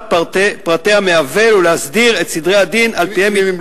פרטי המעוול ולהסדיר את סדרי הדין שעל-פיהם,